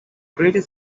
greater